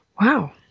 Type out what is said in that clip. wow